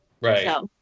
Right